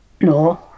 no